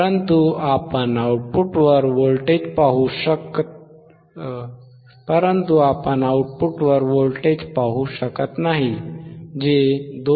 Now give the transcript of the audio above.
परंतु आपण आउटपुटवर व्होल्टेज पाहू शकत नाही जे 2